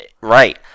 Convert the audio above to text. Right